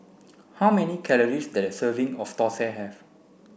how many calories does a serving of Thosai have